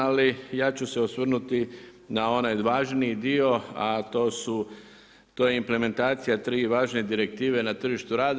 Ali ja ću se osvrnuti na onaj važniji dio, a to su, to je implementacija tri važne direktive na tržištu rada.